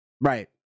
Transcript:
Right